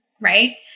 right